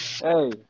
Hey